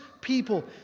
people